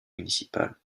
municipal